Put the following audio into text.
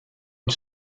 une